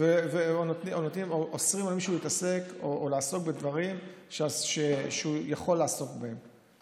או אוסרים על מישהו להתעסק או לעסוק בדברים שהוא יכול לעסוק בהם.